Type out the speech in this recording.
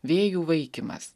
vėjų vaikymas